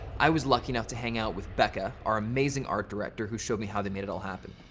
i was lucky enough to hang out with becca, our amazing art director, who showed me how they made it all happen.